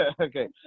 Okay